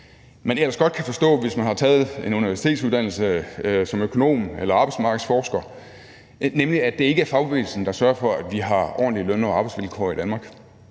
som man ellers godt kan forstå, hvis man har taget en universitetsuddannelse som økonom eller arbejdsmarkedsforsker, nemlig at det ikke er fagbevægelsen, der sørger for, at vi har ordentlige løn- og arbejdsvilkår i Danmark.